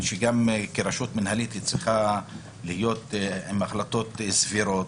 בנוסף, רשות מינהלית צריכה לקחת החלטות סבירות,